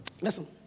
Listen